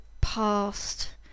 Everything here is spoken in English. past